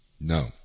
no